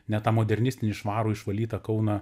ne tą modernistinį švarų išvalytą kauną